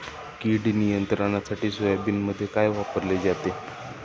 कीड नियंत्रणासाठी सोयाबीनमध्ये काय वापरले जाते?